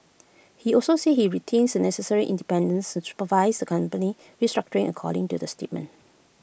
he also said he retains the necessary independence to supervise the company's restructuring according to the statement